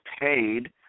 paid